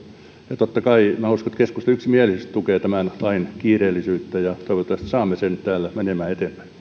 ja totta kai minä uskon että keskusta yksimielisesti tukee tämän lain kiireellisyyttä ja toivottavasti saamme sen täällä menemään